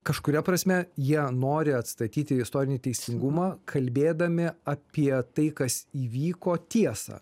kažkuria prasme jie nori atstatyti istorinį teisingumą kalbėdami apie tai kas įvyko tiesą